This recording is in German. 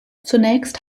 zunächst